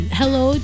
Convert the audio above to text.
hello